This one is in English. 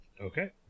Okay